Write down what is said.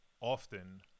often